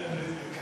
בדיוק.